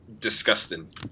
disgusting